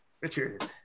Richard